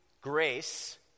grace